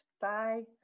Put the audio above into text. Bye